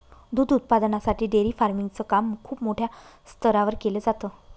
दूध उत्पादनासाठी dairy farming च काम खूप मोठ्या स्तरावर केल जात